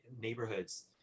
neighborhoods